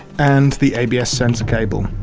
and the abs sensor cable.